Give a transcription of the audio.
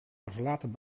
verlaten